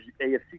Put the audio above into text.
AFC